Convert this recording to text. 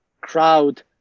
crowd